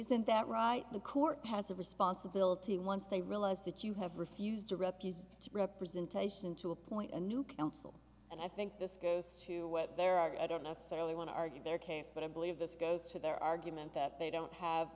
isn't that right the court has a responsibility once they realize that you have refused to refuse to representation to appoint a new counsel and i think this goes to what they're i don't necessarily want to argue their case but i believe this goes to their argument that they don't have